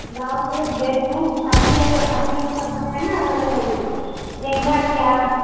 blouse ड्रेसूं शादीअ ते शादीअ में सभु खपे न अलॻि अलॻि लहंगा थिया